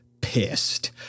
pissed